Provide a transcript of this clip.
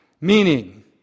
Meaning